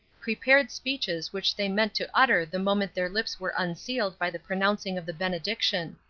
prepared speeches which they meant to utter the moment their lips were unsealed by the pronouncing of the benediction.